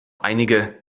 einige